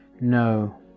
No